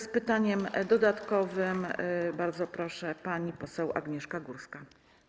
Z pytaniem dodatkowym, bardzo proszę, pani poseł Agnieszka Górska.